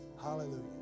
Hallelujah